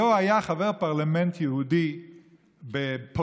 היֹה היה חבר פרלמנט יהודי בפולניה,